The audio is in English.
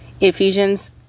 Ephesians